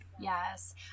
Yes